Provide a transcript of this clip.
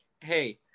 hey